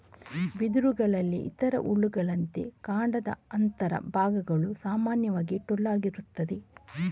ಬಿದಿರುಗಳಲ್ಲಿ ಇತರ ಹುಲ್ಲುಗಳಂತೆ ಕಾಂಡದ ಅಂತರ ಭಾಗಗಳು ಸಾಮಾನ್ಯವಾಗಿ ಟೊಳ್ಳಾಗಿರುತ್ತದೆ